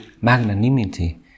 magnanimity